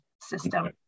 system